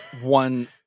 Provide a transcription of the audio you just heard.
one